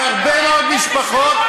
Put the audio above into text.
על הרבה מאוד משפחות.